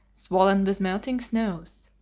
swollen with melting snows.